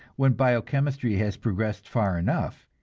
when bio-chemistry has progressed far enough,